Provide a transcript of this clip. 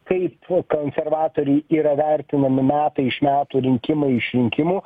kaip konservatoriai yra vertinami metai iš metų rinkimai iš rinkimų